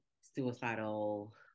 suicidal